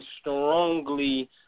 strongly